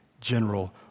general